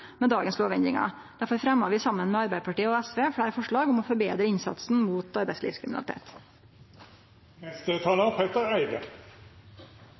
med dagens lovendringar. Derfor fremjar vi saman med Arbeiderpartiet og SV fleire forslag om å forbetre innsatsen mot